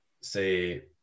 say